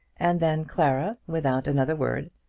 and then clara, without another word,